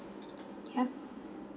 yup